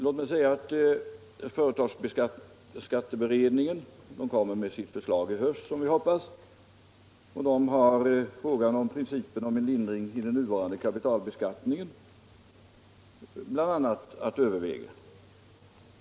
Låt mig då säga att företagsskatteberedningen, enligt vad vi hoppas, kommer med sitt förslag i höst. Beredningen har bl.a. att överväga principen om en lindring i den nuvarande kapitalbeskattningen.